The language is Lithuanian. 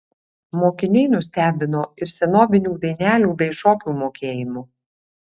mokiniai nustebino ir senobinių dainelių bei šokių mokėjimu